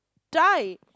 die